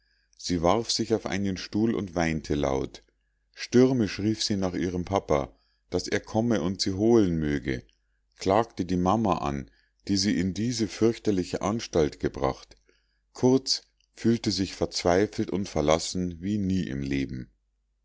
sie warf sich auf einen stuhl und weinte laut stürmisch rief sie nach ihrem papa daß er komme und sie holen möge klagte die mama an die sie in diese fürchterliche anstalt gebracht kurz fühlte sich verzweifelt und verlassen wie nie im leben